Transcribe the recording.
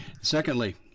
Secondly